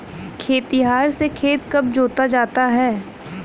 खेतिहर से खेत कब जोता जाता है?